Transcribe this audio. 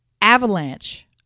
avalanche